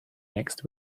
next